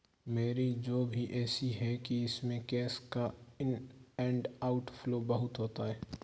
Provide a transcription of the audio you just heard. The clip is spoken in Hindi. मेरी जॉब ही ऐसी है कि इसमें कैश का इन एंड आउट फ्लो बहुत होता है